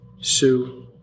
Sue